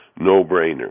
no-brainer